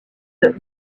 est